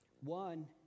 One